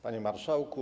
Panie Marszałku!